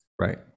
Right